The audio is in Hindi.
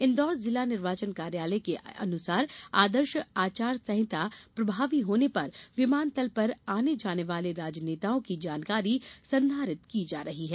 इंदौर जिला निर्वाचन कार्यालय के अनुसार आदर्श आचार संहिता प्रभावी होने पर विमानतल पर आने जाने वाले राजनेताओं की जानकारी संधारित की जा रही है